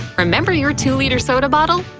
remember your two liter soda bottle?